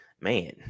man